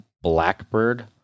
Blackbird